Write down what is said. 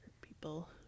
people